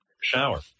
Shower